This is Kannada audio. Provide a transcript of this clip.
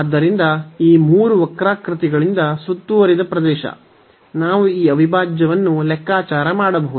ಆದ್ದರಿಂದ ಈ ಮೂರು ವಕ್ರಾಕೃತಿಗಳಿಂದ ಸುತ್ತುವರಿದ ಪ್ರದೇಶ ನಾವು ಈ ಅವಿಭಾಜ್ಯವನ್ನು ಲೆಕ್ಕಾಚಾರ ಮಾಡಬಹುದು